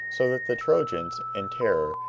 so that the trojans, in terror,